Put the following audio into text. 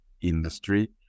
industry